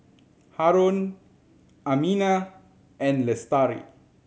Haron Aminah and Lestari